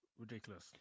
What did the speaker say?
ridiculous